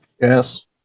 Yes